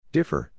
Differ